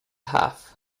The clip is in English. half